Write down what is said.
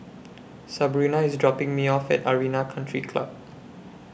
Sabrina IS dropping Me off At Arena Country Club